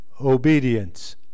Obedience